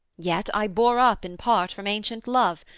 yet i bore up in part from ancient love,